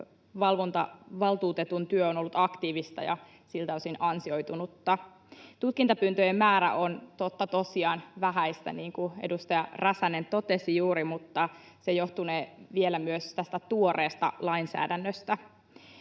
tiedusteluvalvontavaltuutetun työ on ollut aktiivista ja siltä osin ansioitunutta. Tutkintapyyntöjen määrä on totta tosiaan vähäinen, niin kuin edustaja Räsänen totesi juuri, mutta se johtunee myös tästä vielä tuoreesta lainsäädännöstä.